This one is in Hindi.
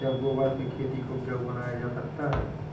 क्या गोबर से खेती को उपजाउ बनाया जा सकता है?